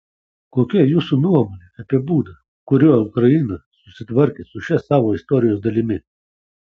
kokia jūsų nuomonė apie būdą kuriuo ukraina susitvarkė su šia savo istorijos dalimi